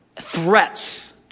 threats